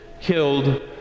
killed